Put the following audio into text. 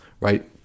right